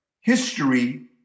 history